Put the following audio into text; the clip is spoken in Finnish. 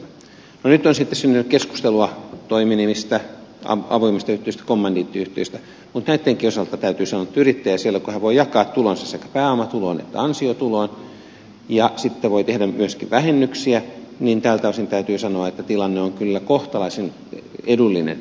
no nyt on sitten syntynyt keskustelua toiminimistä avoimista yhtiöistä kommandiittiyhtiöistä mutta näittenkin osalta täytyy sanoa että kun yrittäjä voi siellä jakaa tulonsa sekä pääomatulonsa että ansiotulonsa ja sitten voi tehdä myöskin vähennyksiä niin tältä osin täytyy sanoa että tilanne on kyllä kohtalaisen edullinen